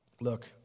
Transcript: Look